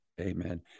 Amen